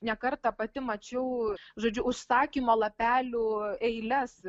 ne kartą pati mačiau žodžiu užsakymo lapelių eiles